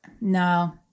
No